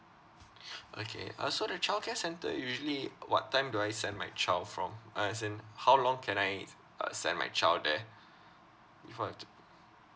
okay uh so the childcare centre usually what time do I send my child from uh as in how long can I uh send my child there before